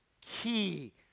key